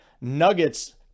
nuggets